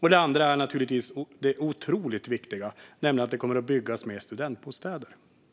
Den andra är naturligtvis det otroligt viktiga att det kommer att byggas mer studentbostäder.